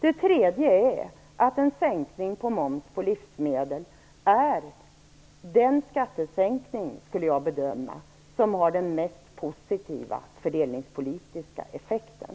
Det tredje är att en sänkning av moms på livsmedel enligt min bedömning är den skattesänkning som har den mest positiva fördelningspolitiska effekten.